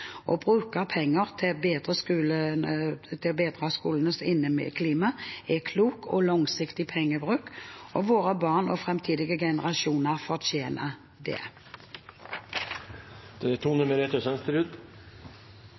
til fant. Å bruke penger på å bedre skolenes inneklima er klok og langsiktig pengebruk, og våre barn og framtidige generasjoner fortjener